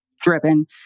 driven